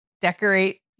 decorate